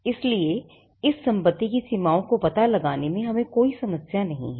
इसलिए इस संपत्ति की सीमाओं का पता लगाने में हमें कोई समस्या नहीं है